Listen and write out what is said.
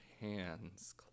hands